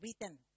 written